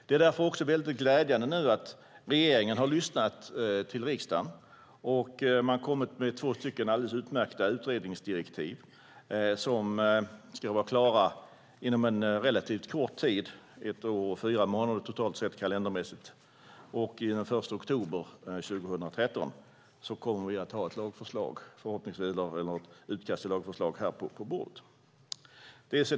Det är därför glädjande att regeringen lyssnat till riksdagen och kommit med två utmärkta utredningsdirektiv till en utredning som ska vara klar inom en relativt kort tid på ett år och fyra månader. Den 1 oktober 2013 kommer vi att ha ett utkast till lagförslag på vårt bord.